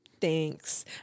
thanks